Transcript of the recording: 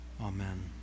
Amen